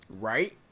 Right